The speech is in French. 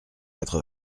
quatre